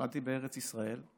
נולדתי בארץ ישראל,